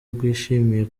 rwishimiye